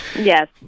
Yes